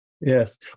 Yes